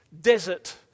desert